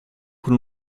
con